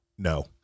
No